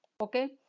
Okay